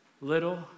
Little